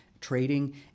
trading